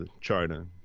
China